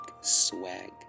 swag